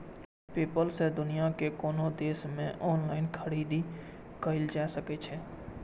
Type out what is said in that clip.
PayPal सं दुनिया के कोनो देश मे ऑनलाइन खरीदारी कैल जा सकै छै